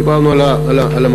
דיברנו על המדדים.